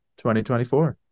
2024